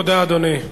תודה, אדוני.